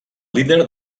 líder